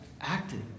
acted